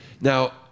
Now